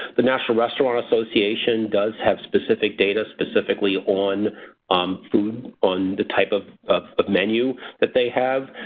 the national restaurant association does have specific data specifically on food on the type of but menu that they have.